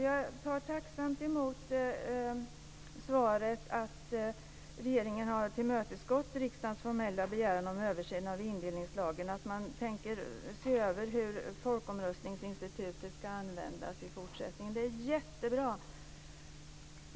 Jag tar tacksamt emot svaret att regeringen har tillmötesgått riksdagens formella begäran om en översyn av indelningslagen och att man tänker se över hur folkomröstningsinstitutet ska användas i fortsättningen. Det är jättebra.